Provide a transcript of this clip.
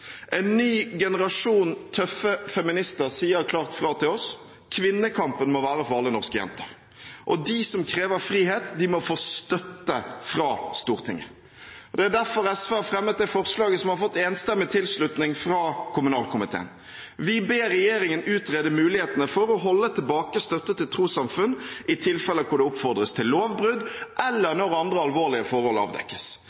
En ny generasjon tøffe feminister sier klart fra til oss: Kvinnekampen må være for alle norske jenter. Og de som krever frihet, må få støtte fra Stortinget. Det er derfor SV har fremmet det forslaget som har fått enstemmig tilslutning fra kommunalkomiteen. Vi ber regjeringen utrede mulighetene for å holde tilbake støtte til trossamfunn i tilfeller hvor det oppfordres til lovbrudd, eller